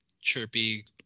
chirpy